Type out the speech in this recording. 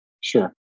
Sure